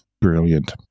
brilliant